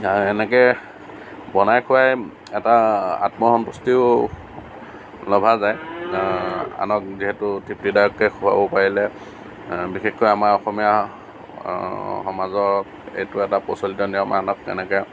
সেনেকৈ বনাই খোৱাই এটা আত্মসন্তুষ্টিও লভা যায় আনক যিহেতু তৃপ্তিদায়ককৈ খোৱাব পাৰিলে বিশেষকৈ আমাৰ অসমীয়া সমাজত এইটো এটা প্ৰচলিত নিয়ম আনক কেনেকৈ